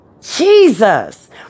Jesus